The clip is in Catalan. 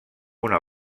una